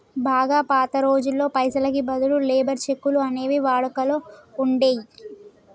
బాగా పాత రోజుల్లో పైసలకి బదులు లేబర్ చెక్కులు అనేవి వాడుకలో ఉండేయ్యి